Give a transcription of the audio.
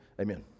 Amen